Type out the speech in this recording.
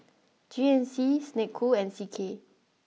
G N C Snek Ku and C K